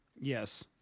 Yes